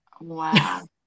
Wow